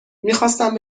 میخواستم